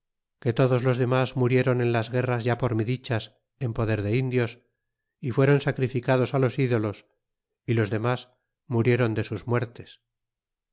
que todos los demas murieron en las guerras ya por ml dichas en poder de indios y fueron sacrificados los ídolos y los demas murieron de sus muertes